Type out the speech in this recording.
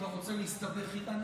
אתה רוצה להסתבך איתה?